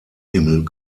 himmel